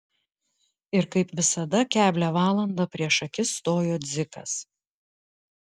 ir kaip visada keblią valandą prieš akis stojo dzikas